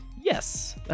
Yes